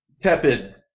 tepid